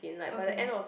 okay